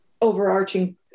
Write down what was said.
overarching